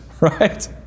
right